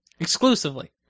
Exclusively